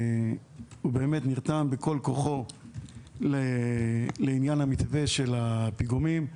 שבאמת נרתם בכול כוחו לעניין המתווה של הפיגומים.